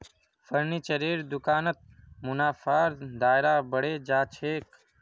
फर्नीचरेर दुकानत मुनाफार दायरा बढ़े जा छेक